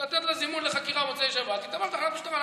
לתת לה זימון לחקירה למוצאי שבת לבוא לתחנת המשטרה.